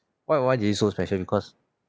why why is he so special because